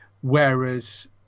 whereas